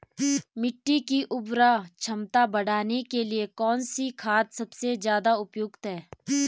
मिट्टी की उर्वरा क्षमता बढ़ाने के लिए कौन सी खाद सबसे ज़्यादा उपयुक्त है?